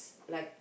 like